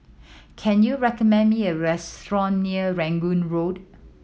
can you recommend me a restaurant near Rangoon Road